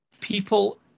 people